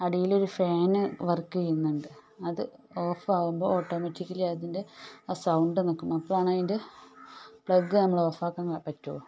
അടിയിലൊരു fan work ചെയ്യുന്നുണ്ട് അത് ഓഫാകുമ്പോൾ ഓട്ടോമാറ്റിക്കലി അതിൻ്റെ ആ സൗണ്ട് നിൽക്കും അപ്പോഴാണ് അതിൻ്റെ പ്ലഗ് നമ്മൾ ഓഫാക്കാൻ പറ്റൂ